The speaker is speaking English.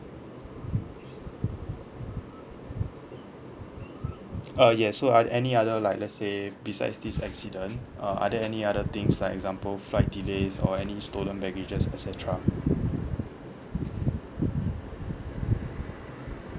uh yes so are any other like let say besides this accident uh are there any other things like example flight delays or any stolen packages et cetera